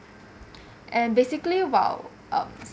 and basically while um